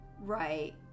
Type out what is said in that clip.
Right